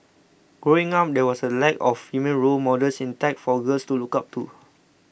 growing up there was a lack of female role models in tech for girls to look up to